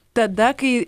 tada kai